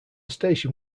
station